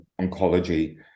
oncology